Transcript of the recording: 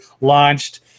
launched